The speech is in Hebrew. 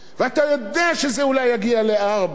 ואתה יודע שזה אולי יגיע ל-4%.